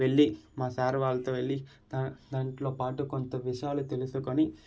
వెళ్లి మా సార్ వాళ్ళతో వెళ్లి దా దాంట్లో పాటు కొంత విషయాలు తెలుసుకొని